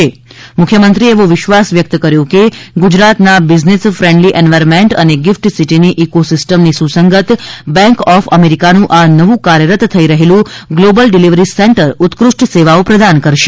શ્રી વિજયભાઈ રૂપાણીએ એવો વિશ્વાસ વ્યક્ત કર્યો કે ગુજરાતના બિઝનેસ ફ્રેન્ડલી એન્વાયર્મેન્ટ અને ગિફ્ટ સિટીની ઇક્રોસિસ્ટમને સુસંગત બેંક ઓફ અમેરિકાનું આ નવું કાર્યરત થઈ રહેલું ગ્લોબલ ડિલિવરી સેન્ટર ઉત્કૃષ્ટ સેવાઓ પ્રદાન કરશે